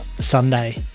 Sunday